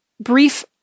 brief